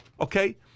okay